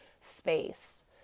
space